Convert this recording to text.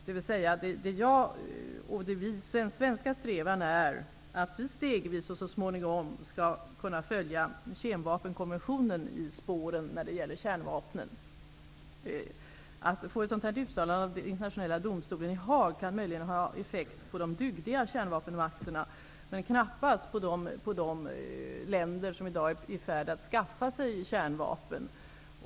Den svenska strävan är att stegvis och så småningom kunna följa Kemvapenkommissionen i spåren när det gäller kärnvapnen. Att få ett uttalande av Internationella domstolen i Haag kan möjligen ha effekt på de dygdiga kärnvapenmakterna, men knappast på de länder som i dag är i färd med att skaffa sig kärnvapen.